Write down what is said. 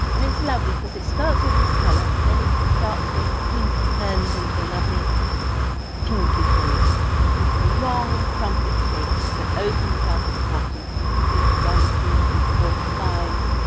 and it's lovely, because it starts off this colour and then it starts going pink, and turns into a lovely pinky shade. and it's a long trumpet shape that opens up at the bottom into one, two, three, four, five.